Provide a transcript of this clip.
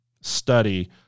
study